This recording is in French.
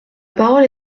parole